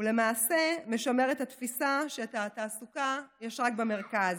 ולמעשה משמר את התפיסה שתעסוקה יש רק במרכז.